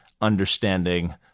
understanding